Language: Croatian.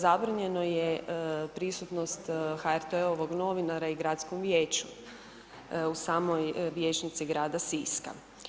Zabranjeno je prisutnost HRT-ovog novinara i Gradskom vijeću, u samoj vijećnici grada Siska.